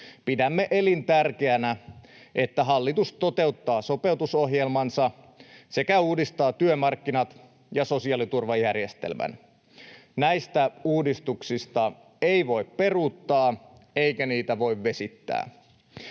Pidämme elintärkeänä, että hallitus toteuttaa sopeutusohjelmansa sekä uudistaa työmarkkinat ja sosiaaliturvajärjestelmän. Näistä uudistuksista ei voi peruuttaa eikä niitä voi vesittää.